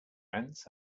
ants